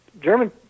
German